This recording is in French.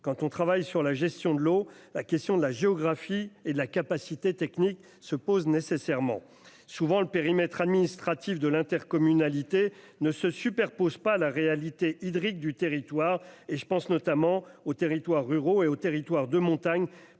En matière de gestion de l'eau, les questions relatives à la géographie et aux capacités techniques se posent nécessairement. Souvent, le périmètre administratif de l'intercommunalité ne se superpose pas à la réalité hydrique du territoire. Je pense notamment aux territoires ruraux et aux territoires de montagne,